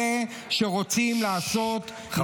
-- שגם הוא מיטיב עם אלה שרוצים לעשות מכירה --- ששש,